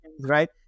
right